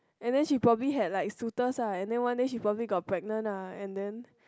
and then she probably had like suitors ah and then one day she probably got pregnant ah and then